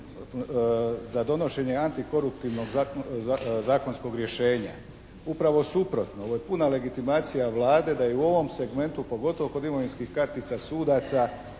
za donošenje antikoruptivnog zakonskog rješenja. Upravo suprotno. Ovo je puna legitimacija Vlade da i u ovom segmentu pogotovo kod imovinskih kartica sudaca